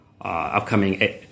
upcoming